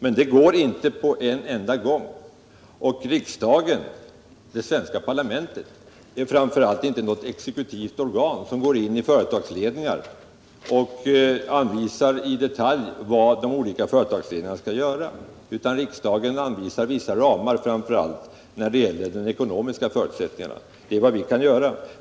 Men det går inte på en enda gång, och riksdagen, det svenska parlamentet, är framför allt inte något exekutivt organ som går in i företagsledningarna och i detalj anvisar vad de olika företagsledningarna skall göra. Riksdagen anvisar vissa ramar, först och främst när det gäller de ekonomiska förutsättningarna. Det är vad riksdagen kan göra.